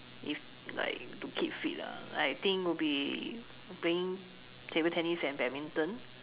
if like to keep fit lah I think would be playing table tennis and badminton